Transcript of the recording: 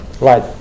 right